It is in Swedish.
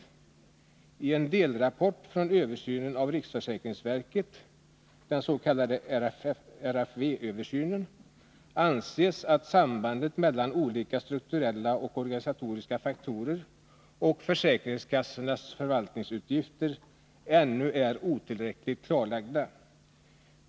I en delrapport från översynen av riksförsäkringsverket, den s.k. RFV-översynen, anses att sambandet mellan olika strukturella och organisatoriska faktorer och försäkringskassornas förvaltningsutgifter ännu är otillräckligt klarlagda.